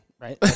right